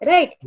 Right